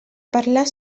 parlar